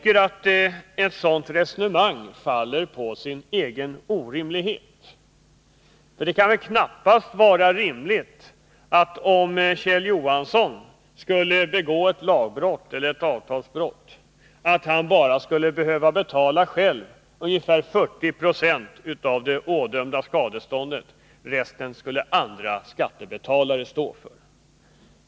Ett sådant resonemang faller på sin egen orimlighet. Det kan väl knappast vara rimligt att Kjell Johansson, om han begick ett lagbrott eller avtalsbrott, själv bara skulle behöva betala ungefär 40 960 av det ådömda skadeståndet? Resten skulle andra skattebetalare stå för.